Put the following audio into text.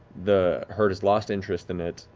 the herd has lost interest in it,